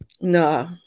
No